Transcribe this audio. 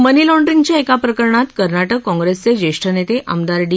मनी लाँड्रींगच्या एका प्रकरणात कर्नाटक काँप्रेसचे ज्येष्ठ नेते आमदार डी